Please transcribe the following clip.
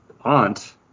aunt